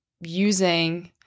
using